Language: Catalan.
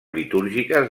litúrgiques